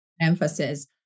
emphasis